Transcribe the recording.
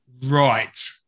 Right